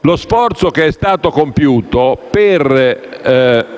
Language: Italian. lo sforzo compiuto per